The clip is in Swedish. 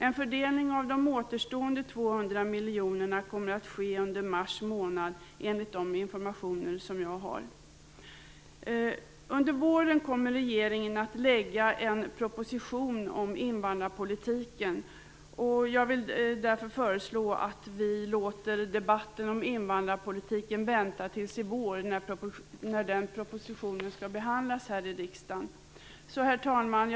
En fördelning av de återstående 200 miljonerna kommer att ske under mars månad enligt den information jag har. Under våren kommer regeringen att lägga fram en proposition om invandrarpolitiken. Jag vill därför föreslå att vi låter debatten om invandrarpolitiken vänta till i vår när den propositionen skall behandlas av riksdagen. Herr talman!